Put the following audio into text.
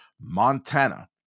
Montana